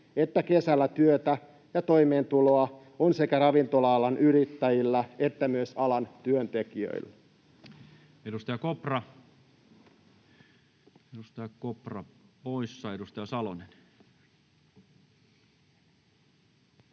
että kesällä työtä ja toimeentuloa on sekä ravintola-alan yrittäjillä että myös alan työntekijöillä. [Speech 115] Speaker: Toinen